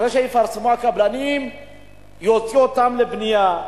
אחרי שיפרסמו הקבלנים יוציאו אותן לבנייה.